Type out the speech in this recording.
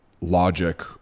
logic